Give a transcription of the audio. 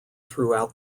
throughout